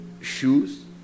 shoes